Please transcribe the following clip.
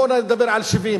בוא נדבר על 70%,